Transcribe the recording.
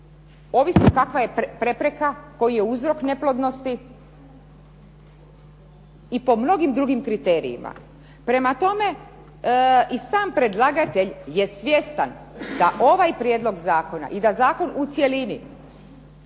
ovisno kakva je prepreka, koji je uzrok neplodnosti i po mnogim drugim kriterijima. Prema tome, i sam predlagatelj je svjestan da ovaj prijedlog zakona i da zakon u cjelini